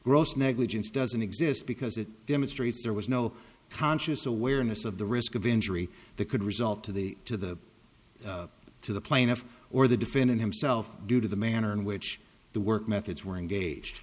gross negligence doesn't exist because it demonstrates there was no conscious awareness of the risk of injury that could result to the to the to the plaintiff or the defendant himself due to the manner in which the work methods were engaged